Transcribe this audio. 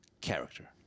Character